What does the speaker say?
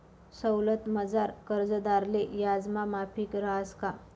सवलतमझार कर्जदारले याजमा माफी रहास का?